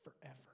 forever